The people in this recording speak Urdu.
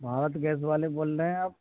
موہت گیس والے بول رہے ہیں آپ